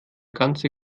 ganze